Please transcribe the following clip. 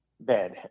bed